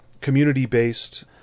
community-based